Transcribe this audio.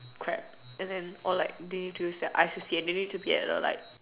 crap and then or like they need to use their eyes and they need to gather like